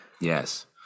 Yes